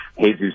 Jesus